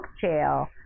jail